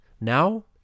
now